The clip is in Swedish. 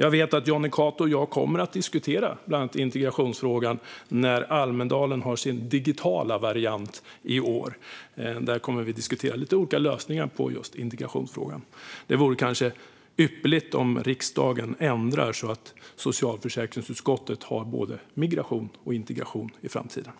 Jag vet att Jonny Cato och jag kommer att diskutera bland annat integrationsfrågan när Almedalen ska genomföras i en digital variant i år. Där kommer vi att diskutera lite olika lösningar på just integrationsfrågan. Det vore alltså ypperligt om riksdagen ändrar sig så att socialförsäkringsutskottet kan hantera både migration och integration i framtiden.